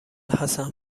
حسن